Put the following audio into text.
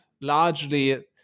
largely